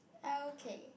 I okay